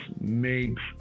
makes